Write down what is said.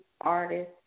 artist